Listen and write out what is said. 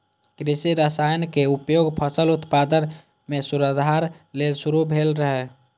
कृषि रसायनक उपयोग फसल उत्पादन मे सुधार लेल शुरू भेल रहै